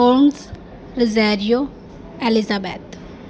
ounce rosario elizabeth